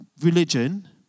religion